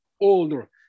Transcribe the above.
older